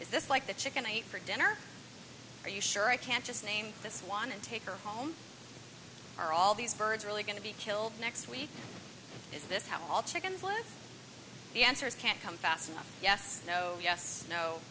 is this like the chicken i eat for dinner are you sure i can't just name this one and take her home are all these birds really going to be killed next week is this how all chickens learn the answers can't come fast enough yes no yes no